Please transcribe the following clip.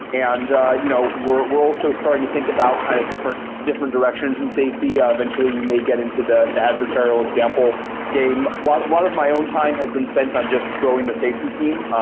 and you know we're we're also starting to think about kind of different different directions in safety. eventually, we may get into the adversarial example game. a lot of my own time has been spent on just growing the safety team.